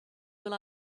will